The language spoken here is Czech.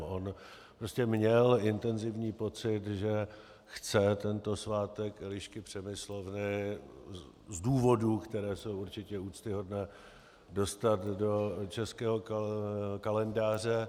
On prostě měl intenzivní pocit, že chce tento svátek Elišky Přemyslovny z důvodů, které jsou určitě úctyhodné, dostat do českého kalendáře.